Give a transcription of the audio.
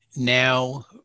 Now